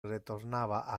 retornava